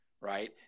right